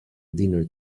dinner